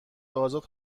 ازاد